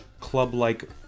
club-like